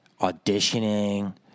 auditioning